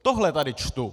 Tohle tady čtu!